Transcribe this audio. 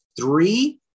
Three